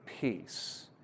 peace